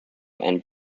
and